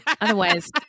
Otherwise